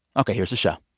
ok, here's the show